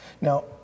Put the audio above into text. Now